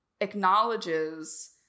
acknowledges